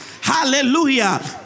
Hallelujah